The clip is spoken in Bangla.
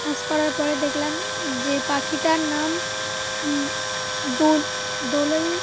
সার্চ করার পরে দেখলাম যে পাখিটার নাম দোল দোলই